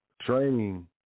Training